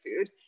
food